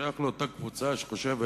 אדוני, שייך לאותה קבוצה שחושבת